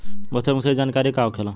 मौसम के सही जानकारी का होखेला?